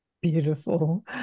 Beautiful